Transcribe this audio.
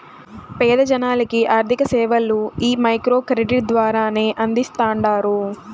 పేద జనాలకి ఆర్థిక సేవలు ఈ మైక్రో క్రెడిట్ ద్వారానే అందిస్తాండారు